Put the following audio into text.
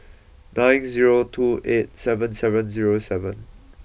nine zero two eight seven seven zero seven